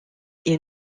est